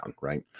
right